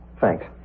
Thanks